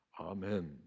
amen